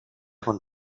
con